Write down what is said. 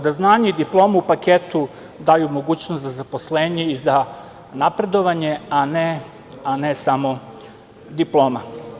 Da znanje i diploma u paketu daju mogućnost za zaposlenje i za napredovanje, a ne samo diploma.